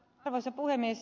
arvoisa puhemies